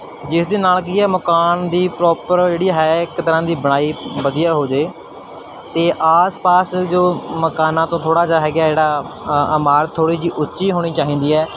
ਜਿਸ ਦੇ ਨਾਲ ਕੀ ਹੈ ਮਕਾਨ ਦੀ ਪ੍ਰੋਪਰ ਜਿਹੜੀ ਹੈ ਇੱਕ ਤਰ੍ਹਾਂ ਦੀ ਬਣਾਈ ਵਧੀਆ ਹੋ ਜੇ ਅਤੇ ਆਸ ਪਾਸ ਜੋ ਮਕਾਨਾਂ ਤੋਂ ਥੋੜ੍ਹਾ ਜਿਹਾ ਹੈਗਾ ਜਿਹੜਾ ਇਮਾਰਤ ਥੋੜ੍ਹੀ ਜਿਹੀ ਉੱਚੀ ਹੋਣੀ ਚਾਹੀਦੀ ਹੈ